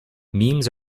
memes